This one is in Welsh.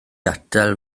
atal